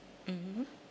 mmhmm